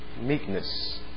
meekness